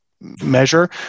measure